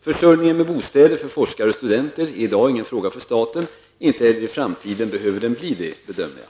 Försörjningen med bostäder för forskare och studenter är i dag ingen fråga för staten. Inte heller i framtiden behöver den bli det, bedömer jag.